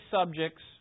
subjects